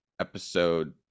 episode